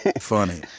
funny